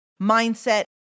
mindset